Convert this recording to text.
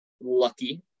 lucky